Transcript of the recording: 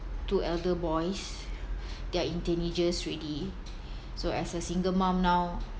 two elder boys they're in teenagers aleady so as a single mum now